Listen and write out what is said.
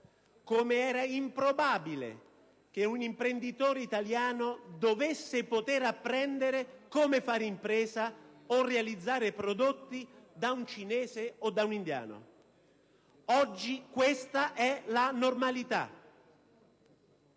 come era improbabile che un imprenditore italiano dovesse poter apprendere come fare impresa o realizzare prodotti da un cinese o da un indiano. Oggi questa è la normalità